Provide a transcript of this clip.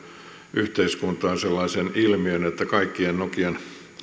yhteiskuntaan sellaisen ilmiön että kaikkien nokian